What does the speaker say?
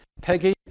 Peggy